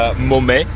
mummy.